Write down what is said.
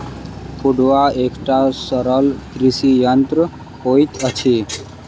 फड़ुआ एकटा सरल कृषि यंत्र होइत अछि